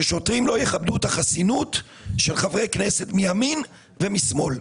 ששוטרים לא יכבדו את החסינות של חברי כנסת מימין ומשמאל.